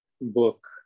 book